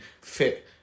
fit